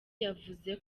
yavuze